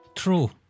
true